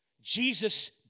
Jesus